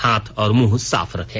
हाथ और मुंह साफ रखें